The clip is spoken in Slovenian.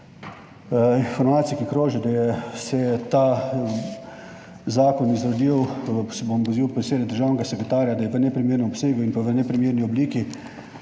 informacije, ki krožijo, da se je ta zakon izrodil, bom povzel besede državnega sekretarja, da je v neprimernem obsegu in v neprimerni obliki.